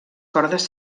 cordes